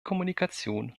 kommunikation